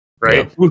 right